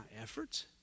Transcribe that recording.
efforts